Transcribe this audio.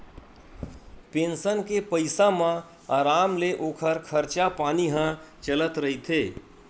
pension के पइसा म अराम ले ओखर खरचा पानी ह चलत रहिथे